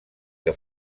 que